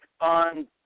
on